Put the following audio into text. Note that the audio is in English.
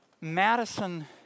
Madison